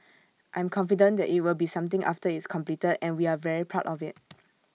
I'm confident that IT will be something after it's completed and we are very proud of IT